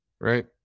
right